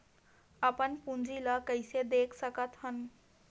अपन पूंजी ला कइसे देख सकत हन?